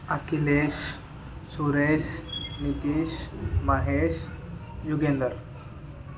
Akhilesh Suresh Nitish Mahesh Yugendhar